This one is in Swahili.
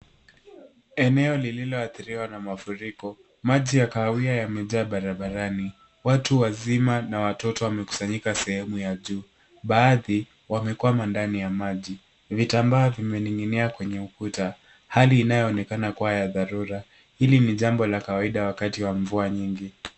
Eneo lililoadhiriwa na mafuriko, maji ya kahawia yamejaa barabarani, watu wazima na watoto wamekusanyika sehemu ya juu. Baadhi, wamekwama ndani ya maji, vitambaa vimeninginia kwenye ukuta hali inayoonekana ya dharura. Hili ni jambo la kawaida wakati wa mvua nyingi.